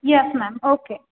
yes ma'am okay